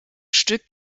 stück